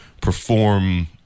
perform